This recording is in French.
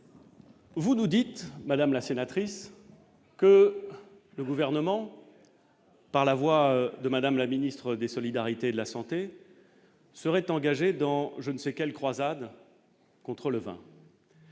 Vous nous dites, madame la sénatrice, que le gouvernement par la voix de Madame la ministre des solidarités, de la santé seraient engagés dans je ne sais quelle croisade contre le vent.